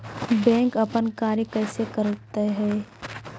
Bank अपन कार्य कैसे करते है?